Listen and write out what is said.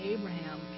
Abraham